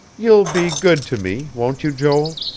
you'll be good to me, won't you, joel?